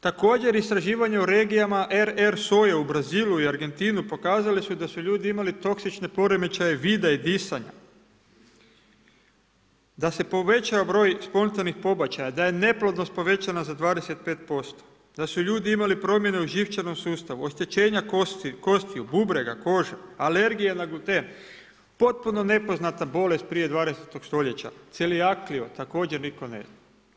Također istraživanje u regijama RR soje u Brazilu i Argentini pokazale su da su ljudi imali toksične poremećaje vida i disanja, da se povećava broj spontanih pobačaja, da je neplodnost povećana za 25%, da su ljudi imali promjene u živčanom sustavu, oštećenja kostiju, bubrega, kože, alergije na gluten, potpuno nepoznata bolest prije 20. stoljeća, celiakliju također nitko ne zna.